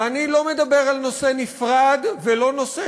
ואני לא מדבר על נושא נפרד ולא על נושא